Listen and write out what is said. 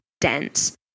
dense